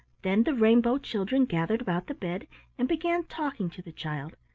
then the rainbow children gathered about the bed and began talking to the child,